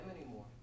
anymore